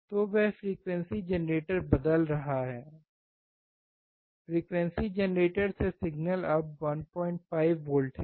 तो वह frequency generator बदल रहा है फ्रीक्वेंसी जनरेटर से सिग्नल अब 15 वोल्ट है